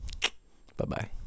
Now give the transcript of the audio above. bye-bye